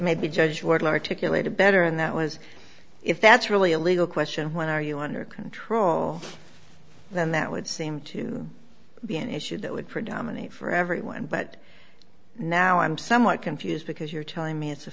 articulated better and that was if that's really a legal question when are you under control then that would seem to be an issue that would predominate for everyone but now i'm somewhat confused because you're telling me it's a